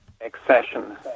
accession